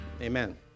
Amen